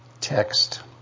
text